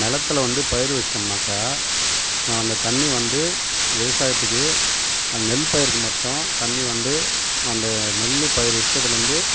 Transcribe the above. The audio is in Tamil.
நிலத்துல வந்து பயிர் வச்சுவிட்டோமுன்னாக்க அந்த தண்ணி வந்து விவசாயத்துக்கு நெல் பயிருக்கு மட்டும் தண்ணி வந்து அந்த நெல் பயிர் இட்டதுலந்து